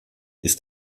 ist